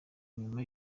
nyuma